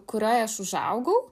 kurioj aš užaugau